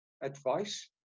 advice